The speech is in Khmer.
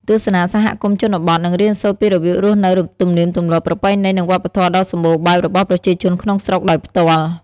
ទស្សនាសហគមន៍ជនបទ និងរៀនសូត្រពីរបៀបរស់នៅ ទំនៀមទម្លាប់ ប្រពៃណី និងវប្បធម៌ដ៏សម្បូរបែបរបស់ប្រជាជនក្នុងស្រុកដោយផ្ទាល់។